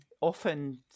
often